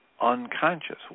unconscious